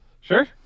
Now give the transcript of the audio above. Sure